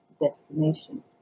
destination